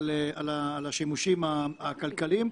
על השימושים הכלכליים.